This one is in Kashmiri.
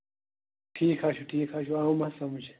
ٹھیٖک حظ چھُ ٹھیٖک حظ چھُ آوُم حظ سَمٕجھ